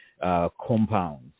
Compounds